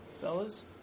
Fellas